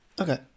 Okay